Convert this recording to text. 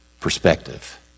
perspective